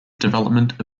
development